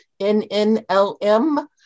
NNLM